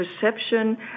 perception